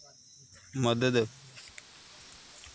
मदद